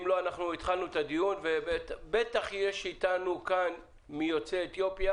אם לא אנחנו התחלנו את הדיון ובטח יש איתנו כאן מיוצאי אתיופיה